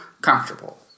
comfortable